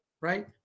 right